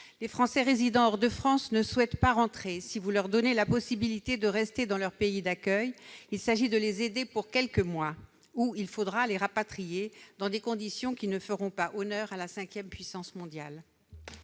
Les Français résidant hors de France ne souhaitent pas rentrer, si vous leur donnez la possibilité de rester dans leur pays d'accueil. Il s'agit de les aider pour quelques mois. Ou bien il faudra les rapatrier, dans des conditions qui ne feront pas honneur à la cinquième puissance mondiale